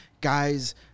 guys